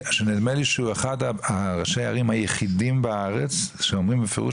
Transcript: שנדמה לי שהוא אחד מראשי הערים היחידים בארץ שאומרים בפירוש,